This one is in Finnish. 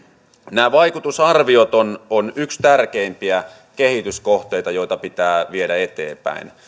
nämä vaikutusarviot ovat yksi tärkeimpiä kehityskohteita joita pitää viedä eteenpäin